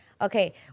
Okay